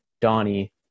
Donnie